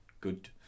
good